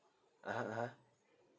(uh huh) (uh huh)